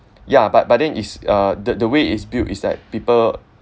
ya but but then is uh the the way is built is that people